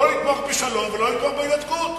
לא לתמוך בשלום ולא לתמוך בהינתקות.